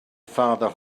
father